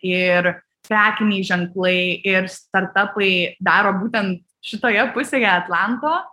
ir prekiniai ženklai ir startapai daro būtent šitoje pusėje atlanto